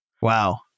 Wow